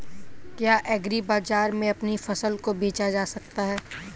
क्या एग्रीबाजार में अपनी फसल को बेचा जा सकता है?